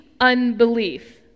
unbelief